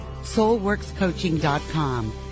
SoulWorksCoaching.com